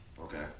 Okay